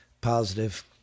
positive